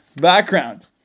background